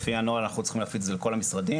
לפי הנוהל אנחנו צריכים להפיץ את זה לכל המשרדים.